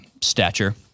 stature